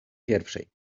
pierwszej